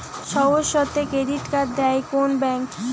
সহজ শর্তে credit card দেয় কোন ব্যাংক?